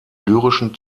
lyrischen